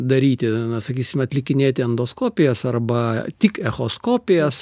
daryti na sakysim atlikinėti endoskopijas arba tik echoskopijos